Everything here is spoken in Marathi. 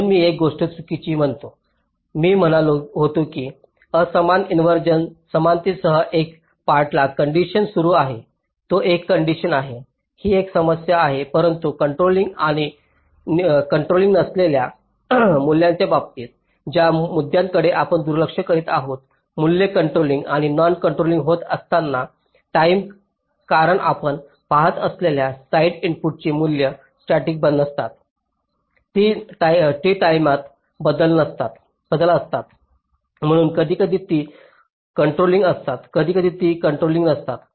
म्हणून मी एक गोष्ट चुकीची म्हणालो मी म्हणालो होतो की असमान इनव्हर्जन समतेसह एक पार्टली कंडिशन सुरू आहे जो एक कंडिशन आहे ही एक समस्या आहे परंतु कॉन्ट्रॉलिंग आणि नियंत्रण नसलेल्या मूल्यांच्या बाबतीत ज्या मुद्द्यांकडे आपण दुर्लक्ष करीत आहोत मूल्ये कॉन्ट्रॉलिंग आणि नॉन कंट्रोलिंग होत असतानाची टाईम कारण आपण पाहत असलेल्या साइड इनपुटची मूल्ये स्टॅटिक नसतात ती टाईमेत बदलत असतात म्हणून कधीकधी ती कॉन्ट्रॉलिंग असतात कधीकधी ती कॉन्ट्रॉलिंग नसतात